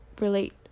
relate